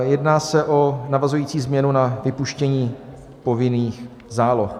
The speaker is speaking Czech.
Jedná se o navazující změnu na vypuštění povinných záloh.